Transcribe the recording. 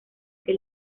que